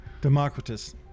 Democritus